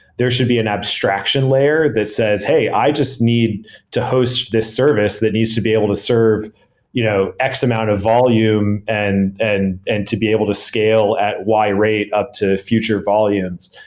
there should be an abstraction layer that says, hey, i just need to host this service that needs to be able to serve you know x-amount of volume and and and to be able to scale at y rate up to future volumes.